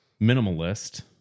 minimalist